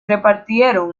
repartieron